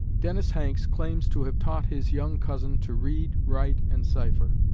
dennis hanks claims to have taught his young cousin to read, write, and cipher.